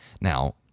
Now